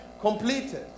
completed